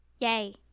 yay